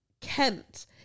Kent